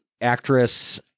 actress